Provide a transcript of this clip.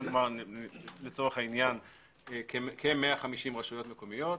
לצורך העניין כ-150 רשויות מקומיות,